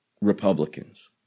Republicans